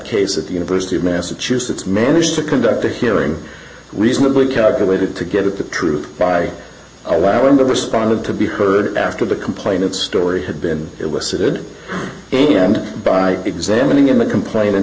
case at the university of massachusetts managed to conduct a hearing reasonably calculated to get at the truth by allowing the responded to be heard after the complainant story had been it was suited by examining in the complain